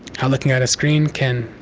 how looking at a screen can